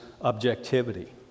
objectivity